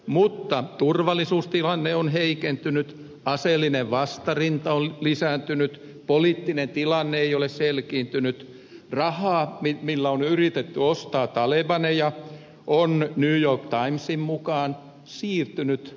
mutta turvallisuustilanne on heikentynyt aseellinen vastarinta on lisääntynyt poliittinen tilanne ei ole selkiintynyt rahaa jolla on yritetty ostaa talebaneja on new york timesin mukaan siirtynyt aseisiin